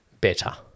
better